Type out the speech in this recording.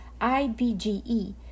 IBGE